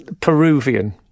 Peruvian